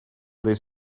this